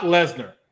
Lesnar